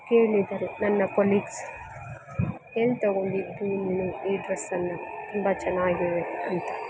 ಕೇಳಿದರು ನನ್ನ ಕೊಲಿಗ್ಸ್ ಎಲ್ಲಿ ತೊಗೊಂಡಿದ್ದು ನೀನು ಈ ಡ್ರೆಸ್ಸನ್ನ ತುಂಬ ಚೆನ್ನಾಗಿದೆ ಅಂತ